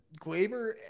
Glaber